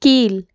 கீழ்